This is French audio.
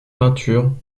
peinture